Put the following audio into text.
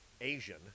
Asian